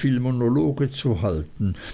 viel monologe zu halten